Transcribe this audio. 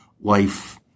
life